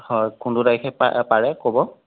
হয় কোনটো তাৰিখে পাৰে পাৰে ক'ব